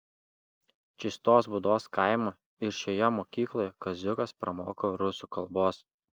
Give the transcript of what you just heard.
čystos būdos kaimo ir šioje mokykloje kaziukas pramoko rusų kalbos